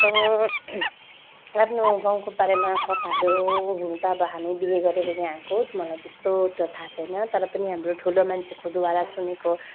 आफ्नो गाउँको बारेमा कथाहरू हुन त अब हामी बिहे गरेर यहाँ आएको मलाई त्यस्तो त थाहा छैन तर पनि हाम्रो ठुलो मान्छेकोद्वारा सुनेको